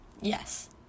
Yes